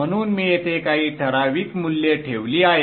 म्हणून मी येथे काही ठराविक मूल्ये ठेवली आहेत